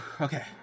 Okay